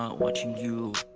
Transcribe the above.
watching you